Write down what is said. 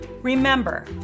Remember